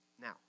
Now